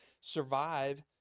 survive